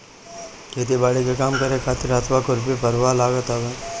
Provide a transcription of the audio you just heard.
खेती बारी के काम करे खातिर हसुआ, खुरपी, फरुहा लागत हवे